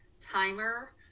timer